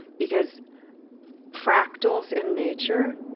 because fractals in nature,